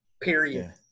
period